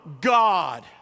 God